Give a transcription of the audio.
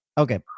Okay